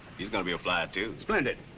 he's going to be a flyer too. splendid.